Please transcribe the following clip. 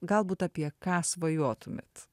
galbūt apie ką svajotumėt